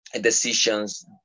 decisions